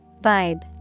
Vibe